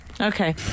Okay